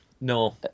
no